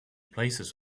places